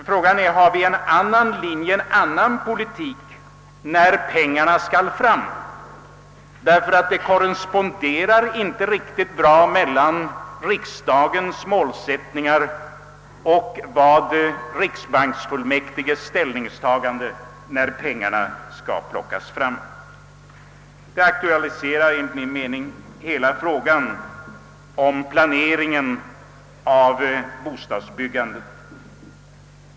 Finns det en annan linje och förs det en annan politik när pengarna skall fram? Riksdagens målsättningar och riksbanksfullmäktiges ställningstagande korresponderar inte när pengarna skall plockas fram. Det krånglar, enligt min mening, till hela frågan om planeringen av bostadsbyggandet.